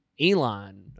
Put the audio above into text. Elon